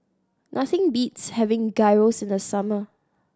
nothing beats having Gyros in the summer